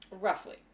Roughly